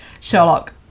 Sherlock